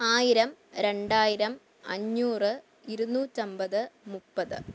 ആയിരം രണ്ടായിരം അഞ്ഞൂറ് ഇരുന്നൂറ്റൻപത് മുപ്പത്